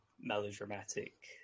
melodramatic